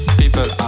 people